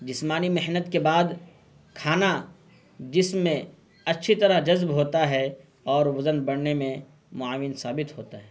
جسمانی محنت کے بعد کھانا جسم میں اچھی طرح جذب ہوتا ہے اور وزن بڑھنے میں معاون ثابت ہوتا ہے